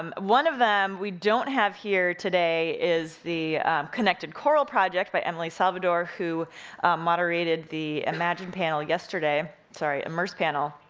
um one of them, we don't have here today, is the connected coral project, by emily salvador, who moderated the imagine panel yesterday, sorry, immerse panel.